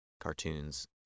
Cartoons